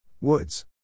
Woods